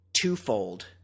twofold